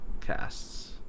casts